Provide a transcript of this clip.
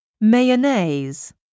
Mayonnaise